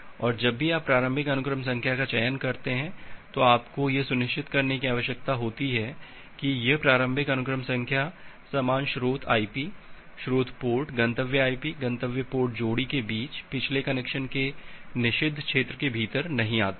और जब भी आप प्रारंभिक अनुक्रम संख्या का चयन करते हैं तो आपको यह सुनिश्चित करने की आवश्यकता होती है कि यह प्रारंभिक अनुक्रम संख्या समान स्रोत आईपी स्रोत पोर्ट गंतव्य आईपी गंतव्य पोर्ट जोड़ी के बीच पिछले कनेक्शन के निषिद्ध क्षेत्र के भीतर नहीं आती हो